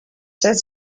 said